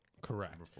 Correct